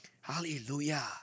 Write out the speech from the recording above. Hallelujah